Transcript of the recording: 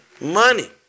money